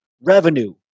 revenue